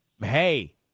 hey